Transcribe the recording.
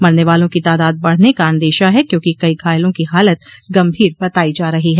मरने वालों की तादाद बढ़ने का अंदेशा है क्योंकि कई घायलों की हालत गंभीर बताई जा रही है